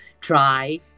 try